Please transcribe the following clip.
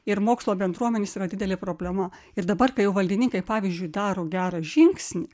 ir mokslo bendruomenės yra didelė problema ir dabar kai jau valdininkai pavyzdžiui daro gerą žingsnį